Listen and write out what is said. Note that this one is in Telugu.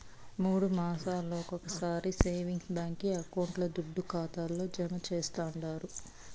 మూడు మాసాలొకొకసారి సేవింగ్స్ బాంకీ అకౌంట్ల దుడ్డు ఖాతాల్లో జమా చేస్తండారు